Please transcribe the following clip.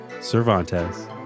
Cervantes